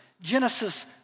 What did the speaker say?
Genesis